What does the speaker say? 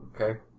Okay